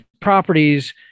properties